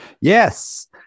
Yes